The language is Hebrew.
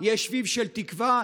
יהיה שביב של תקווה,